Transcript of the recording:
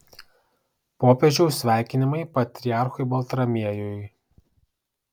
popiežiaus sveikinimai patriarchui baltramiejui